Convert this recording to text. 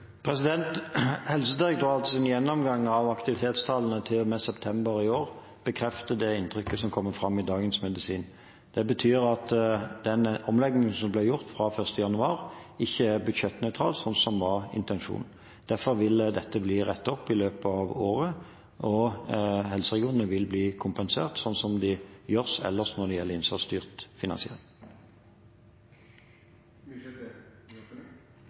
gjennomgang av aktivitetstallene til og med september i år bekrefter det inntrykket som kommer fram i Dagens Medisin. Det betyr at den omleggingen som ble gjort fra 1. januar, ikke er budsjettnøytral, slik intensjonen var. Derfor vil dette bli rettet opp i løpet av året. Helseregionene vil bli kompensert, som de blir ellers når det gjelder innsatsstyrt finansiering.